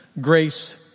grace